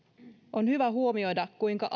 on hyvä huomioida kuinka